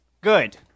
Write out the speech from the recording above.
Good